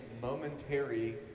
momentary